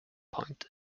point